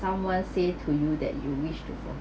someone say to you that you wish to